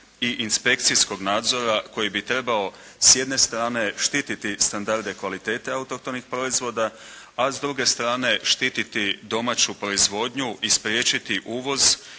i inspekcijskog nadzora koji bi trebao s jedne strane štititi standarde kvalitete autohtonih proizvoda, a s druge strane štititi domaću proizvodnju i spriječiti uvoz